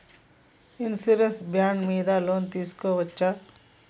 Insurance bond మీద loan తీస్కొవచ్చా?